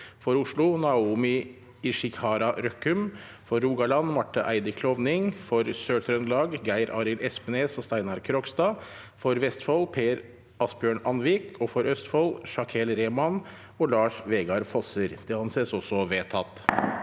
For Oslo: Naomi Ichihara Røkkum For Rogaland: Marte Eide Klovning For Sør-Trøndelag: Geir Arild Espnes og Steinar Krogstad For Vestfold: Per-Asbjørn Andvik For Østfold: Shakeel Rehman og Lars Vegard Fosser Presidenten